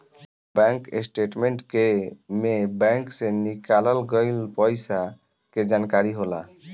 bank statement के में bank से निकाल गइल पइसा के जानकारी होला